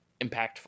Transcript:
impactful